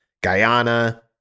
Guyana